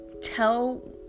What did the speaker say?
Tell